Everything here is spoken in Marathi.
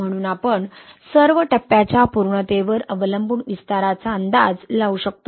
म्हणून आपण सर्व टप्प्याच्या पूर्णतेवर अवलंबून विस्ताराचा अंदाज लावू इच्छितो